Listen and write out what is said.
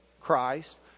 Christ